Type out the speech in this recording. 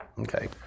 Okay